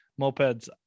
mopeds